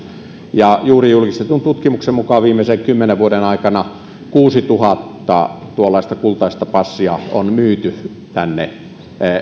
juuri julkistetun tutkimuksen mukaan viimeisten kymmenen vuoden aikana kuusituhatta tuollaista kultaista passia on myyty tänne